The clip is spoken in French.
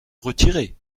retiré